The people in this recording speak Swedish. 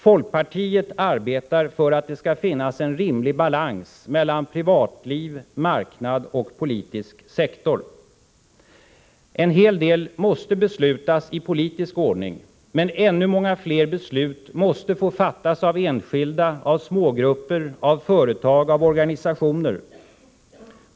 Folkpartiet arbetar för att det skall råda en rimlig balans mellan privatliv, marknad och politisk sektor. En hel del beslut måste fattas i politisk ordning, men ännu många fler beslut måste få fattas av enskilda, smågrupper, företag och organisationer.